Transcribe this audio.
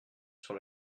sur